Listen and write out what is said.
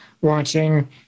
watching